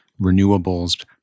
renewables